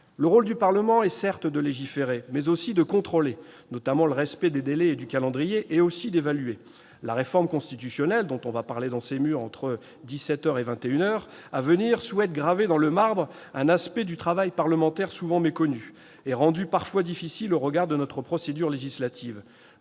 Le rôle du Parlement est non seulement de légiférer, certes, mais aussi de contrôler, notamment le respect des délais et du calendrier, et d'évaluer. La réforme constitutionnelle à venir, dont nous allons parler dans ces murs entre dix-sept heures et vingt et une heures, souhaite graver dans le marbre un aspect du travail parlementaire souvent méconnu et rendu parfois difficile au regard de notre procédure législative.